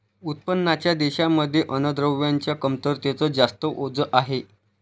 उत्पन्नाच्या देशांमध्ये अन्नद्रव्यांच्या कमतरतेच जास्त ओझ आहे